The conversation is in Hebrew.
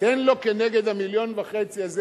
תן לו כנגד המיליון וחצי הזה,